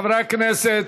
חברי הכנסת,